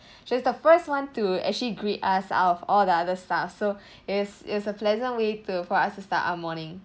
she was the first one to actually greet us out of all the other staff so it's it's a pleasant way to for us to start our morning